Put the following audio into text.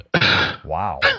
Wow